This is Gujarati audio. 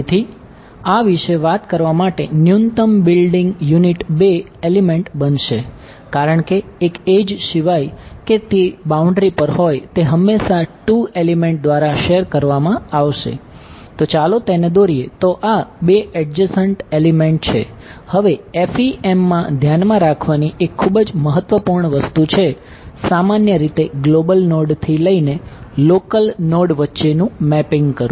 તેથી આ વિશે વાત કરવા માટે ન્યૂનતમ વચ્ચેનું મેપિંગ કરવું